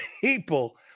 people